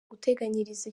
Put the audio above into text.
guteganyiriza